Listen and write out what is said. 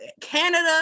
Canada